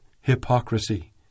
hypocrisy